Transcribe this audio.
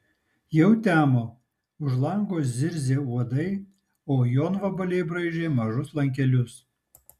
jau temo už lango zirzė uodai o jonvabaliai braižė mažus lankelius